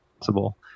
possible